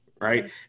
right